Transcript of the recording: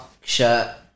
shirt